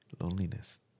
loneliness